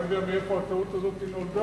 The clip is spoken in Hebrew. אני לא יודע מאיפה הטעות הזאת נולדה.